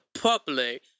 public